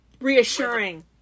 Reassuring